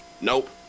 nope